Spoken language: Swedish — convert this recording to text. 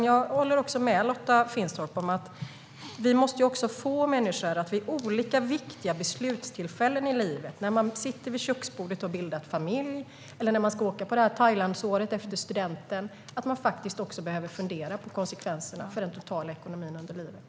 Jag håller med Lotta Finstorp om att vi måste få människor att vid olika viktiga beslutstillfällen i livet - när man har bildat familj eller när man ska åka på det där Thailandsåret efter studenten - faktiskt fundera på konsekvenserna för den totala ekonomin under livet.